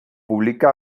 publica